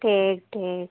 ठीक ठीक